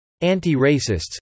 anti-racists